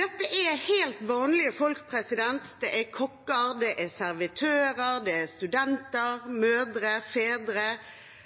Dette er helt vanlige folk. Det er kokker,